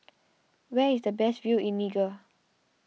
where is the best view in Niger